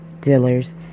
Dealers